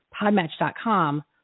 podmatch.com